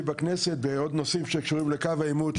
בכנסת ועוד נושאים שקשורים לקו העימות.